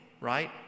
right